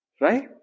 Right